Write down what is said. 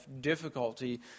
difficulty